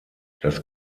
das